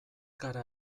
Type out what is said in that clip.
gara